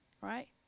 right